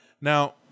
Now